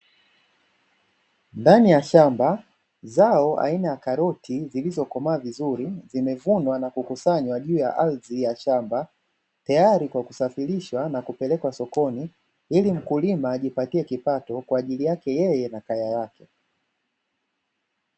Ndani ya shamba, zao aina ya karoti zilizokomaa vizuri zimevunwa na kukusanywa juu ya ardhi ya shamba tayari kwa kusafirishwa na kupelekwa sokoni ili mkulima ajipatie kipato kwa ajili yake yeye na kaya yake.